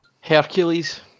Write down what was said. Hercules